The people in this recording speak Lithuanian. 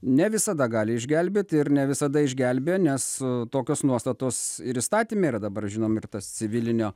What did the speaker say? ne visada gali išgelbėti ir ne visada išgelbėjo nes tokios nuostatos ir įstatyme yra dabar žinom ir tas civilinio